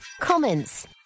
Comments